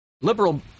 Liberal